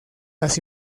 las